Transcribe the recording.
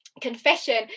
confession